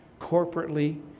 corporately